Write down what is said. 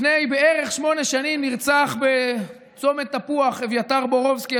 לפני בערך שמונה שנים נרצח בצומת תפוח אביתר בורובסקי,